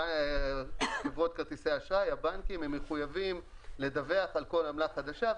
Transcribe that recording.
חברות כרטיסי האשראי והבנקים מחויבים לדווח על כל עמלה חדשה,